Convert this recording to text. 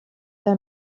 der